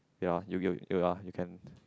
ya you you you ah you can